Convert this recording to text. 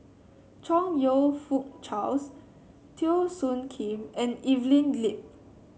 Chong You Fook Charles Teo Soon Kim and Evelyn Lip